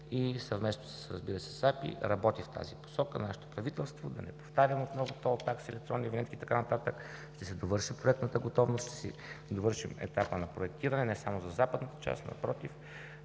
се, с АПИ работят в тази посока с нашето правителство. Да не повтарям отново – тол такси, електронни винетки и така нататък, ще се довърши проектната готовност, ще си довършим етапа на проектиране не само за западната част, напротив,